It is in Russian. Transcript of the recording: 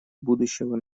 будущего